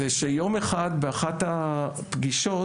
זה שיום אחד באחת הפגישות,